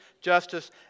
justice